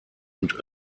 und